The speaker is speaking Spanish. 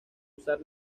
usar